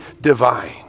divine